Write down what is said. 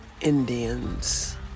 Indians